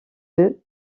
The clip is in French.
eux